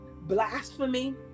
blasphemy